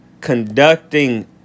conducting